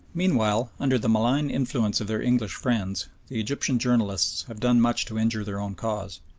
meanwhile, under the malign influence of their english friends, the egyptian journalists have done much to injure their own cause.